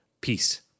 peace